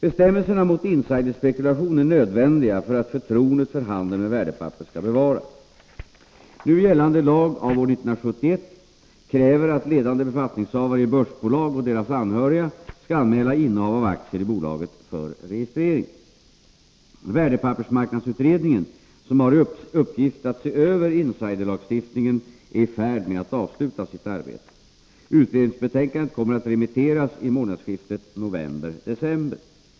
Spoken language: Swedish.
Bestämmelserna mot insiderspekulation är nödvändiga för att förtroendet för handeln med värdepapper skall bevaras. Nu gällande lag av år 1971 kräver att ledande befattningshavare i börsbolag och deras anhöriga skall anmäla innehav av aktier i bolaget för registrering. Värdepappersmarknadsutredningen, som har i uppgift att se över insiderlagstiftningen, är i fäård med att avsluta sitt arbete. Utredningsbetänkandet kommer att remitteras i månadsskiftet november-december.